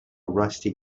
rusty